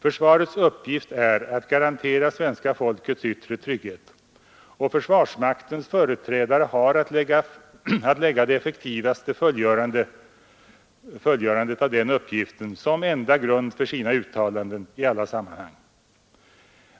Försvarets uppgift är att garantera svenska folket yttre trygghet, och försvarsmaktens företrädare har att lägga det effektivaste fullgörandet av den uppgiften som enda grund för sina uttalanden i alla sammanhang.